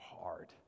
hard